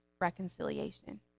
reconciliation